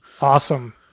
awesome